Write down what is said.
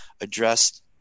addressed